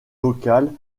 locales